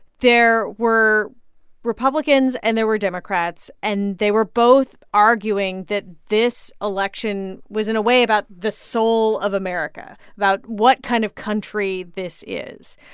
there were republicans and there were democrats. and they were both arguing that this election was, in a way, about the soul of america, about what kind of country this is.